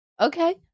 Okay